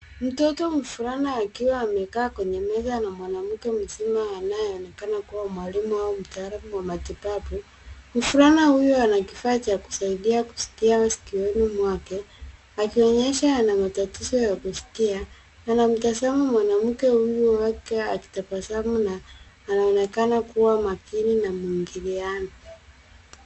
Mtoto mvulana akiwa amekaa kwenye meza na mwanamke mzima anayeonekana kuwa mwalimu au mtaalamu wa matibabu. Mvulana huyo ana kifaa cha kusaidia kusikia sikioni mwake, akionyesha ana matatizo ya kusikia, anamtazama mwanamke huyu wake akitabasamu na anaonekana kuwa makini na mwingiliano.